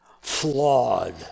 flawed